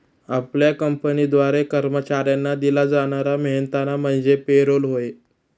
आपल्या कंपनीद्वारे कर्मचाऱ्यांना दिला जाणारा मेहनताना म्हणजे पे रोल होय